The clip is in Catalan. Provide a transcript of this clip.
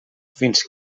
fins